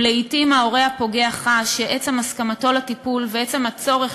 ולעתים ההורה הפוגע חש שעצם הסכמתו לטיפול ועצם הצורך